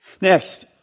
Next